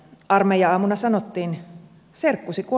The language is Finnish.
karmeiaamuna sanottiin serkkusiko